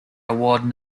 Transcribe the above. award